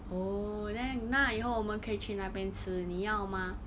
oh then 那以后我们可以去那边吃你要吗